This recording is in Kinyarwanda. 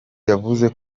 yavuze